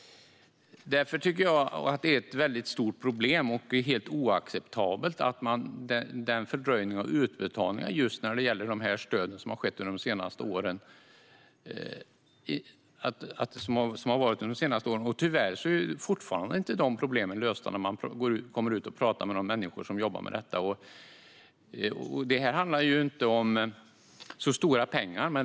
Jag tycker därför att den fördröjning som har skett de senaste åren av utbetalningar av dessa stöd är ett stort problem, och det är helt oacceptabelt. När man kommer ut och pratar med de människor som jobbar med det här får man höra att problemen tyvärr fortfarande inte är lösta.